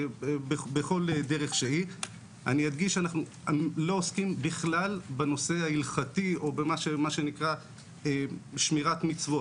אדגיש שאנחנו לא עוסקים בכלל בנושא ההלכתי או בשמירת מצוות.